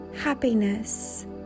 happiness